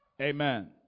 Amen